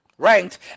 ranked